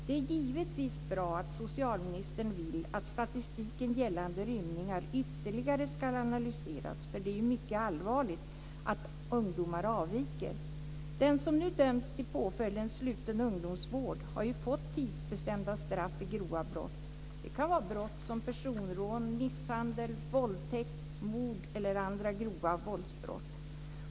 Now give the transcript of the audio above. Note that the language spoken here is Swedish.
Det är givetvis bra att socialministern vill att statistiken gällande rymningar ytterligare ska analyseras, för det är ju mycket allvarligt att ungdomar avviker. De som nu dömts till påföljden sluten ungdomsvård har ju fått tidsbestämda straff för grova brott. Det kan röra sig om brott såsom personrån, misshandel, våldtäkt, mord eller andra grova våldsbrott.